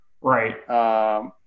Right